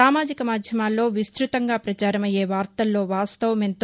సామాజిక మాధ్యమాల్లో విస్తృత పచారమయ్యే వార్తల్లో వాస్తవమెంతో